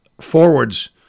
forwards